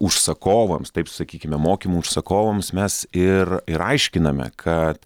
užsakovams taip sakykime mokymų užsakovams mes ir ir aiškiname kad